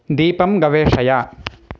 दीपं गवेषय